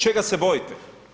Čega se bojite?